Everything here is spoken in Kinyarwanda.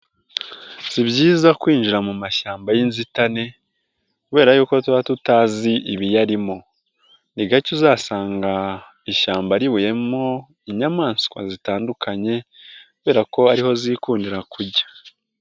Si byiza kwinjira mu mashyamba y'inzitane kubera yuko tuba tutazi ibiyarimo, ni gake uzasanga ishyamba ribuyemo inyamaswa zitandukanye kubera ko ari ho zikundira kujya.